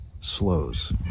slows